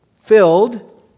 Filled